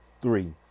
Three